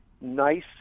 nice